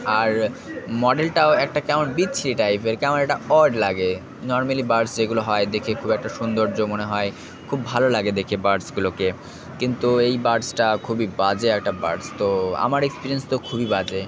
আর মডেলটাও একটা কেমন বিচ্ছিরি টাইপের কেমন একটা অড লাগে নর্মালি বাডস যেগুলো হয় দেখে খুব একটা সুন্দর্য মনে হয় খুব ভালো লাগে দেখে বাডসগুলোকে কিন্তু এই বাডসটা খুবই বাজে একটা বাডস তো আমার এক্সপিরিয়েন্স তো খুবই বাজে